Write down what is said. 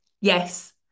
Yes